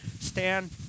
Stan